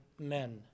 men